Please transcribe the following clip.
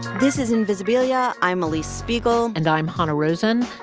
this is invisibilia. i'm alix spiegel and i'm hanna rosin.